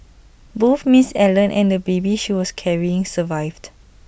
both Ms Allen and the baby she was carrying survived